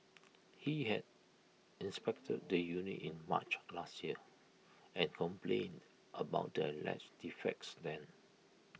he had inspected the unit in March last year and complained about the alleged defects then